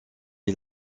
est